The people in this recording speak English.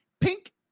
Pink